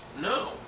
No